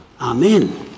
Amen